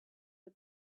the